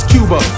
Cuba